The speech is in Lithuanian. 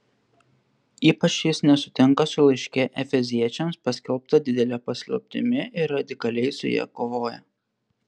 ypač jis nesutinka su laiške efeziečiams paskelbta didele paslaptimi ir radikaliai su ja kovoja